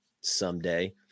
someday